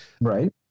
Right